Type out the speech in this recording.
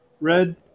Red